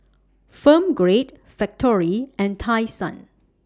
Firm Grade Factorie and Tai Sun